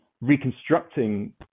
reconstructing